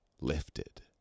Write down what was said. lifted